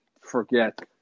forget